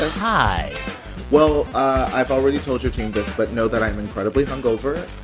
hi well, i've already told your team this. but know that i am incredibly hungover.